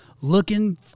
looking